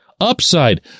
upside